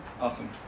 Awesome